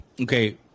Okay